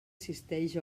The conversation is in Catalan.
cistells